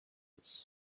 rose